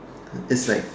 it's like